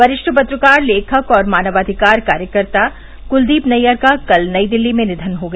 वरिष्ठ पत्रकार लेखक और मानवाधिकार कार्यकर्ता कुलदीप नैयर का कल नई दिल्ली में निधन हो गया